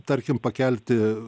tarkim pakelti